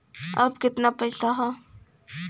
अब कितना पैसा बा?